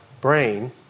brain